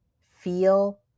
feel